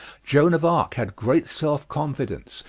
joan of arc had great self-confidence,